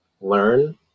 learn